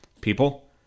People